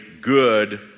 good